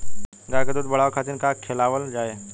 गाय क दूध बढ़ावे खातिन का खेलावल जाय?